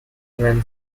when